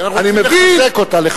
כי אנחנו רוצים לחזק אותה.